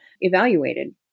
evaluated